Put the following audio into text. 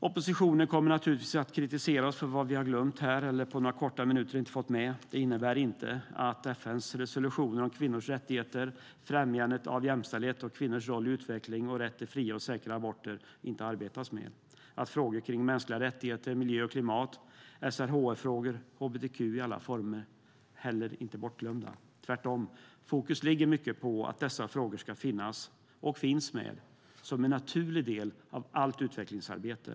Oppositionen kommer naturligtvis att kritisera oss för vad vi glömt eller på några korta minuter inte har fått med här. Det innebär inte att det inte arbetas med FN:s resolutioner om kvinnors rättigheter, främjandet av jämställdhet och kvinnors roll i utveckling och rätt till fria och säkra aborter. Det innebär inte heller att frågor om mänskliga rättigheter, miljö och klimat, SRHR-frågor och hbtq i alla former är bortglömda. Tvärtom ligger fokus mycket på att dessa frågor ska finnas och finns med som en naturlig del av allt utvecklingsarbete.